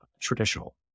traditional